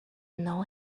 know